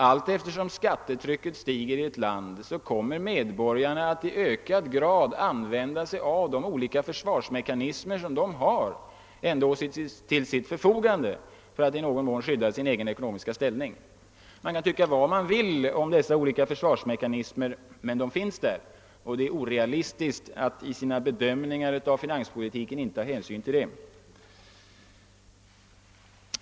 Allteftersom skattetrycket stiger i ett land kommer nämligen medborgarna att i ökad utsträckning använda de olika försvarsmekanismer som de ändå har till sitt förfogan de för att i någon mån skydda sin egen ekonomiska ställning. Man kan tycka vad man vill om dessa försvarsmekanismer, men de finns där, och det är orealistiskt att i sina bedömningar av finanspolitiken inte ta hänsyn till dem.